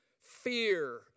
fear